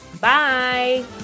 Bye